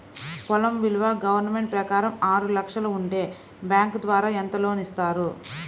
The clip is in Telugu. పొలం విలువ గవర్నమెంట్ ప్రకారం ఆరు లక్షలు ఉంటే బ్యాంకు ద్వారా ఎంత లోన్ ఇస్తారు?